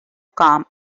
calm